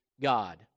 God